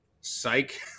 Psych